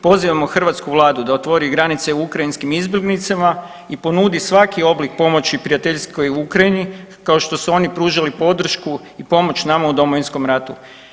Pozivamo hrvatsku vladu da otvori granice ukrajinskim izbjeglicama i ponudi svaki oblih pomoći prijateljskoj Ukrajini kao što su oni pružili podršku i pomoć nama u Domovinskom ratu.